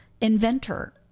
inventor